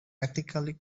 ethically